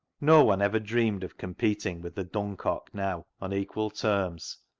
no one ever dreamed of competing with the dun-cock now on equal terms,